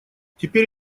теперь